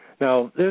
Now